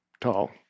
tall